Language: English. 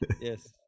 yes